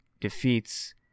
defeats